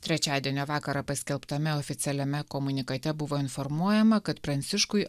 trečiadienio vakarą paskelbtame oficialiame komunikate buvo informuojama kad pranciškui